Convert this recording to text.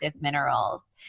minerals